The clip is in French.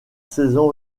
saison